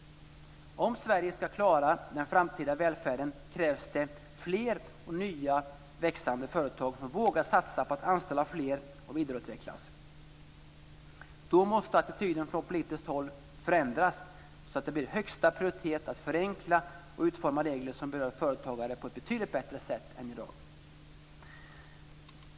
Om Sverige ska klara den framtida välfärden krävs det fler nya och växande företag som vågar satsa på att anställa fler och att vidareutvecklas. Då måste attityden från politiskt håll förändras så att det blir högsta prioritet att förenkla och utforma regler som berör företagare på ett betydligt bättre sätt än i dag.